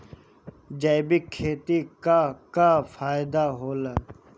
जैविक खेती क का फायदा होला?